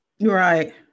right